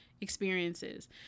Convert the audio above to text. experiences